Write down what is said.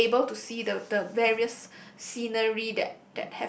being able to see the the various scenery that